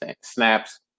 snaps